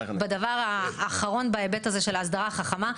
בדבר האחרון בהיבט הזה של ההסדרה החכמה.